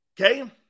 okay